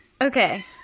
Okay